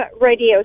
radio